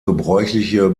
gebräuchliche